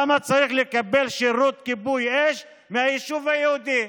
למה הוא צריך לקבל שירות כיבוי אש מהיישוב היהודי?